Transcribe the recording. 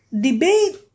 debate